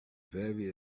very